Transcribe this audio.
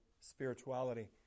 spirituality